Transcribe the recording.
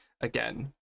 again